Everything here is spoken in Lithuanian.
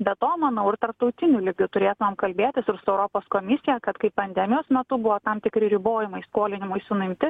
be to manau ir tarptautiniu lygiu turėtumėm kalbėtis ir su europos komisija kad kai pandemijos metu buvo tam tikri ribojimai skolinimuisi nuimti